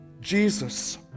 Jesus